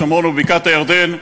בשומרון ובבקעת-הירדן,